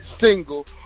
single